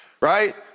right